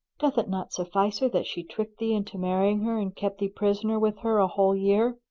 doth it not suffice her that she tricked thee into marrying her and kept thee prisoner with her a whole year,